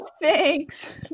Thanks